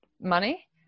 money